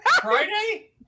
Friday